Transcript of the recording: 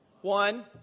One